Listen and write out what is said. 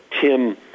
Tim –